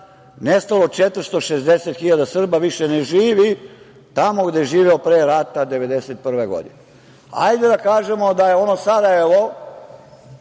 nestalo 460 hiljada Srba više ne živi tamo gde je živeo pre rata 1991. godine? Hajde da kažemo da je ono Sarajevo,